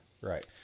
Right